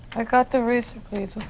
i got the razor blades, okay?